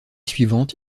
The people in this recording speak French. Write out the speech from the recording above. suivante